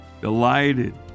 delighted